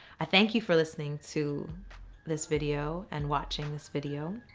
i thank you for listening to this video and watching this video,